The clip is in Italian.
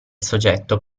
soggetto